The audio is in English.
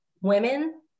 women